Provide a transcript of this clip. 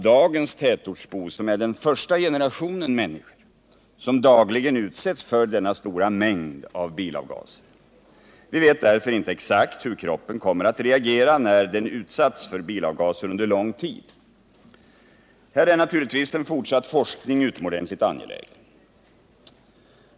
Dagens tätortsbor är trots allt den första generationen människor som dagligen utsätts för denna stora mängd av bilavgaser. Vi vet därför inte exakt hur kroppen kommer att reagera när den utsatts för bilavgaser under lång tid. Här är naturligtvis en fortsatt forskning utomordentligt angelägen.